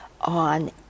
on